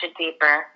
deeper